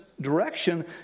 direction